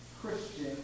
Christian